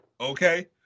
Okay